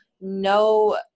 no